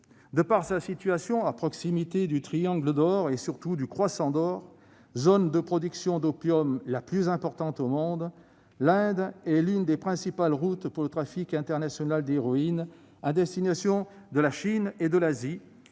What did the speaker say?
De par sa situation à proximité du Triangle d'or et surtout du Croissant d'or, zone de production d'opium la plus importante au monde, l'Inde est l'une des principales routes pour le trafic international d'héroïne à destination de la Chine et de l'Asie